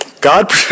God